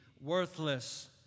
worthless